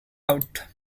out